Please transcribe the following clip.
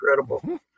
incredible